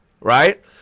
right